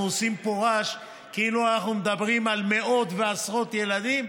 אנחנו עושים פה רעש כאילו אנחנו מדברים על מאות ועשרות ילדים,